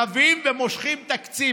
רבים ומושכים תקציב,